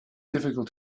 difficult